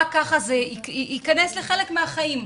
רק ככה זה ייכנס לחלק מהחיים.